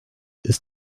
ist